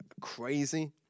crazy